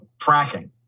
fracking